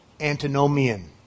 antinomian